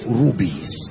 rubies